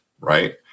Right